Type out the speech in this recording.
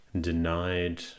denied